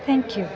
thank you